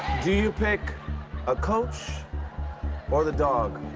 do you pick a coach or the dog?